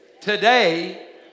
today